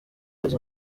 izo